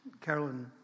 Carolyn